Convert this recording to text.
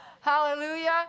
hallelujah